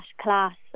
class